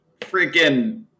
freaking